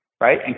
right